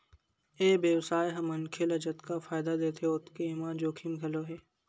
ए बेवसाय ह मनखे ल जतका फायदा देथे ओतके एमा जोखिम घलो हे